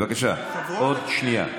עוד שנייה.